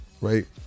right